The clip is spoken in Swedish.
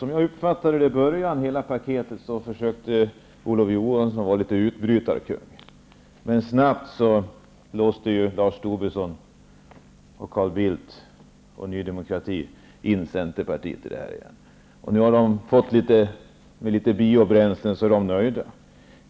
Som jag uppfattade det i början, när hela paketet lades fram, försökte Olof Johansson agera utbrytarkung, men Lars Tobisson, Carl Bildt och Ny demokrati låste snabbt in Centerpartiet igen. Nu har man fått litet biobränslen, så nu är man nöjd.